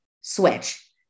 switch